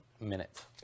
minute